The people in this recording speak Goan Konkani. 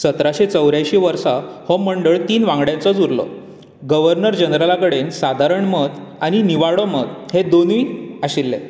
सतराशे चौयऱ्यांयशीं वर्सा हो मंडळ तीन वांगड्यांचोच उरलो गव्हर्नर जनरला कडेन सादारण मत आनी निवाडो मत हे दोनूय आशिल्ले